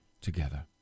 together